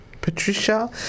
Patricia